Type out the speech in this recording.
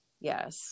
yes